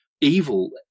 evil